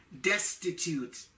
destitute